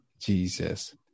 Jesus